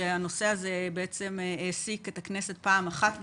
שהנושא הזה העסיק את הכנסת פעם אחת בעבר,